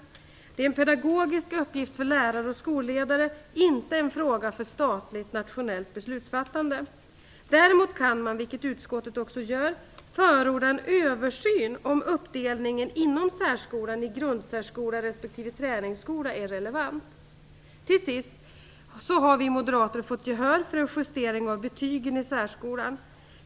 Det är en pedagogisk uppgift för lärare och skolledare - inte en fråga för statligt nationellt beslutsfattande. Däremot kan man, vilket utskottet också gör, förorda en översyn av om uppdelningen inom särskolan i grundsärskola respektive träningsskola är relevant. Till sist vill jag säga att vi moderater har fått gehör för förslaget om en justering av betygen i särskolan.